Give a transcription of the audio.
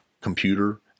computer